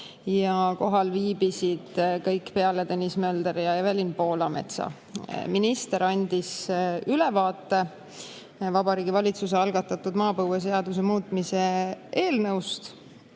ja kohal viibisid kõik peale Tõnis Mölderi ja Evelin Poolametsa. Minister andis ülevaate Vabariigi Valitsuse algatatud maapõueseaduse muutmise [seaduse]